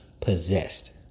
possessed